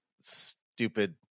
stupid